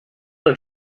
man